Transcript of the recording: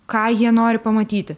ką jie nori pamatyti